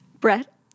Brett